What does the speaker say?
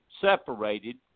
Separated